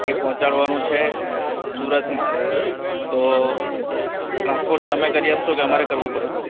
તે પહોંચાડવાનું છે સુરતમાં તો ટ્રાન્સપોર્ટ તમે કરી આપશો કે અમારે કરવું પડશે